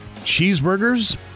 cheeseburgers